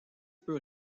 peu